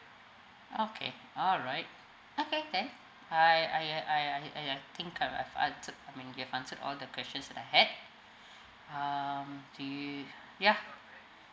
okay alright okay can I I I I I think I've answer I mean you've answered all the questions that I had um gee yeah